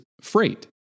freight